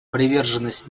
приверженность